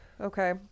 Okay